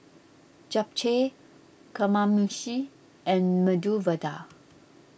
Japchae Kamameshi and Medu Vada